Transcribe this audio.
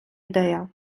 ідея